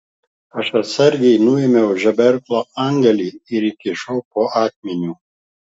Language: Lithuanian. aš atsargiai nuėmiau žeberklo antgalį ir įkišau po akmeniu